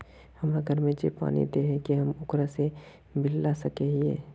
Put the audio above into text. हमरा घर में जे पानी दे है की हम ओकरो से बिल ला सके हिये?